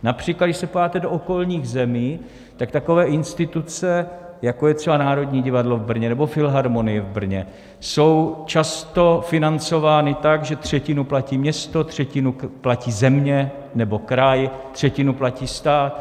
Například když se podíváte do okolních zemí, tak takové instituce, jako je třeba Národní divadlo v Brně nebo Filharmonie v Brně, jsou často financovány tak, že třetinu platí město, třetinu platí země nebo kraj, třetinu platí stát.